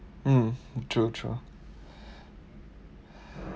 mm true true